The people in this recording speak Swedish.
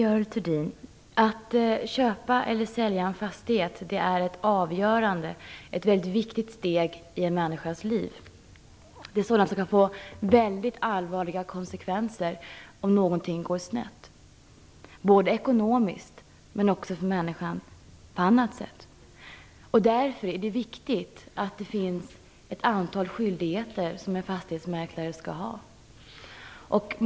Fru talman! Att köpa eller sälja en fastighet är ett avgörande och väldigt viktigt steg i en människas liv. Det kan få allvarliga konsekvenser om någonting går snett ekonomiskt eller på annat sätt. Därför är det viktigt att det finns ett antal skyldigheter som en fastighetsmäklare skall ha.